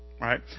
right